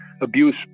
abuse